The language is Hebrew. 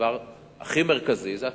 והדבר הכי מרכזי זה התכנון.